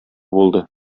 булды